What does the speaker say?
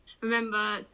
remember